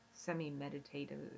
semi-meditative